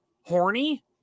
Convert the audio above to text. horny